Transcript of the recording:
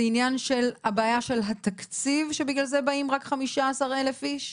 זה עניין של בעיה של התקציב שבגלל זה באים רק 15,000 איש?